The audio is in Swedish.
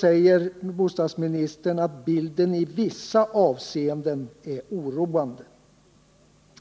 säger bostadsministern att bilden i vissa avseenden är oroande.